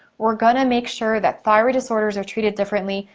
we're gonna make sure that thyroid disorders are treated differently.